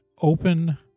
open